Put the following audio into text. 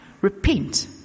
Repent